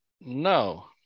no